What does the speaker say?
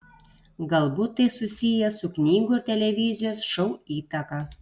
galbūt tai susiję su knygų ir televizijos šou įtaka